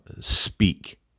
speak